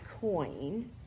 coin